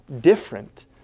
different